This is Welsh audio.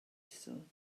isod